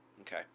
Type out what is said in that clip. Okay